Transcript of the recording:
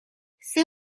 ses